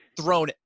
thrown